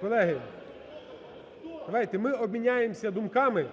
Колеги, давайте ми обміняємося думками.